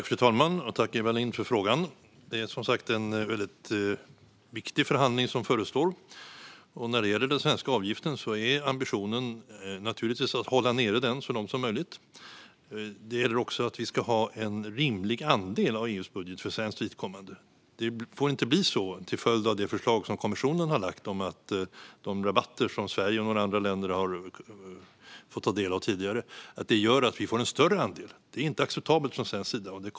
Fru talman! Tack, Eva Lindh, för frågan! Det är som sagt en viktig förhandling som förestår. När det gäller den svenska avgiften är ambitionen naturligtvis att hålla den nere så långt som möjligt. Det gäller också att vi ska ha en rimlig andel av EU:s budget för svenskt vidkommande. Det får inte bli så till följd av det förslag som kommissionen har lagt fram att de rabatter som Sverige och några andra länder har fått ta del av tidigare minskar och att vi får en större andel. Det är inte acceptabelt från svensk sida sett.